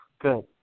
good